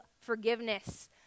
forgiveness